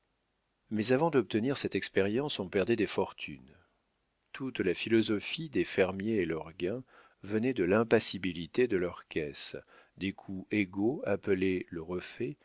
mais avant d'obtenir cette expérience on perdait des fortunes toute la philosophie des fermiers et leur gain venaient de l'impassibilité de leur caisse des coups égaux appelés le refait